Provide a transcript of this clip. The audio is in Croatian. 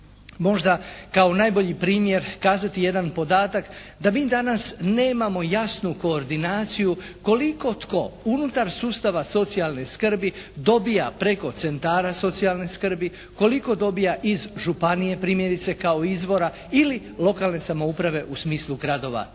Možda kao najbolji primjer kazati jedan podatak da mi danas nemamo jasnu koordinaciju koliko tko unutar sustava socijalne skrbi dobija preko centara socijalne skrbi, koliko dobija iz županije primjerice kao izvora ili lokalne samouprave u smislu gradova